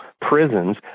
prisons